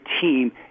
team